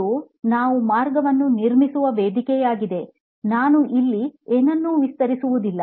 ಇದು ನಾವು ಮಾರ್ಗವನ್ನು ನಿರ್ಮಿಸುವ ವೇದಿಕೆಯಾಗಿದೆ ನಾನು ಇಲ್ಲಿ ಏನನ್ನು ವಿಸ್ತರಿಸುವುದಿಲ್ಲ